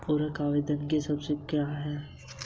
उर्वरक आवेदन की सबसे कुशल विधि क्या है?